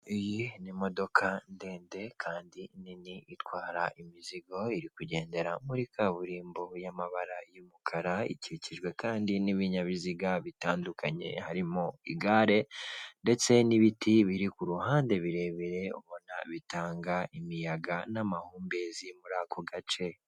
Iyi ni imodoka ndende kandi nini itwara imizigo iri kugendera muri kaburimbo y'amabara y'umukara, ikikijwe kandi n'ibinyabiziga bitandukanye harimo igare ndetse n'ibiti biri ku ruhande birebire ubona bitanga imiyaga n'amahumbezi muri ako gace.